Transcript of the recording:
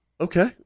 okay